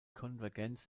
konvergenz